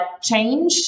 change